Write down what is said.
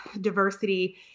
diversity